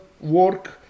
work